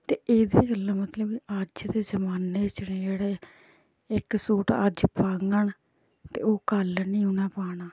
ते एह्दे च जुल्लै मतलब अज्ज दे जमान्ने च न जेह्ड़े इक सूट अज्ज पाह्गङ ते ओह् कल्ल नी उनै पाना